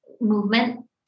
movement